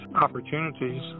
opportunities